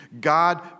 God